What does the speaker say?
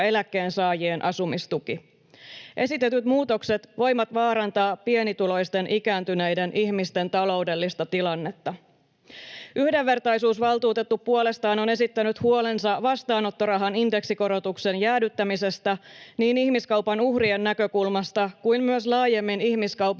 Esitetyt muutokset voivat vaarantaa pienituloisten ikääntyneiden ihmisten taloudellista tilannetta. Yhdenvertaisuusvaltuutettu puolestaan on esittänyt huolensa vastaanottorahan indeksikorotuksen jäädyttämisestä niin ihmiskaupan uhrien näkökulmasta kuin myös laajemmin ihmiskaupan torjumisen